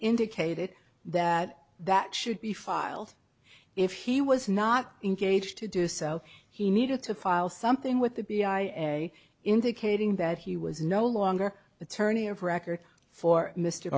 indicated that that should be filed if he was not engaged to do so he needed to file something with the a indicating that he was no longer attorney of record for m